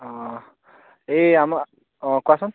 অ' এই আমাৰ অ' কোৱাচোন